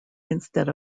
instead